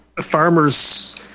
farmers